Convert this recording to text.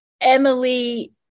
Emily